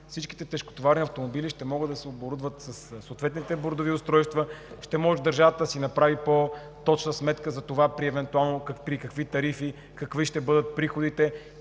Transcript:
всички тежкотоварни автомобили ще могат да се оборудват със съответните бордови устройства. Ще може държавата да си направи по-точна сметка при какви тарифи какви ще бъдат приходите.